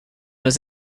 was